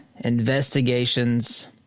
investigations –